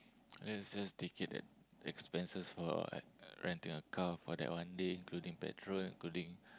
let's just take it that expenses for uh renting a car for that one day including petrol including